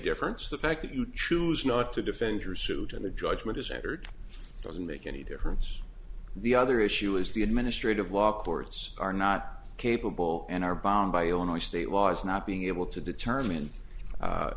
difference the fact that you choose not to defend your suit and a judgment is entered doesn't make any difference the other issue is the administrative law courts are not capable and are bound by illinois state laws not being able to determine